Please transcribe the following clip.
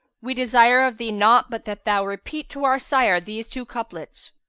we desire of thee naught but that thou repeat to our sire these two couplets.